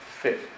fit